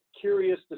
curious